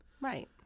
Right